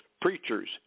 preachers